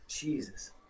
Jesus